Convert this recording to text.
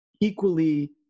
equally